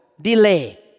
delay